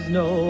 no